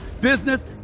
business